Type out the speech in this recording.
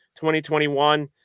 2021